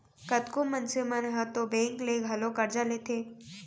कतको मनसे मन ह तो बेंक ले घलौ करजा लेथें